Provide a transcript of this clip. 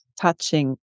touching